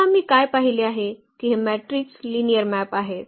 मग आम्ही काय पाहिले आहे की हे मेट्रिक्स लिनिअर मॅप आहेत